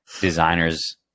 designers